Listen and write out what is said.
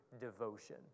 devotion